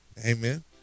Amen